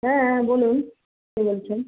হ্যাঁ হ্যাঁ বলুন কে বলছেন